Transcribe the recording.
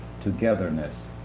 togetherness